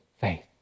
faith